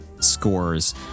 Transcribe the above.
scores